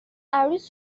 عروس